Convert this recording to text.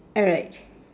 alright